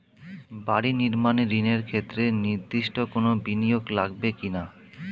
বাড়ি নির্মাণ ঋণের ক্ষেত্রে নির্দিষ্ট কোনো বিনিয়োগ লাগবে কি না?